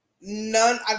none